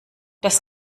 dass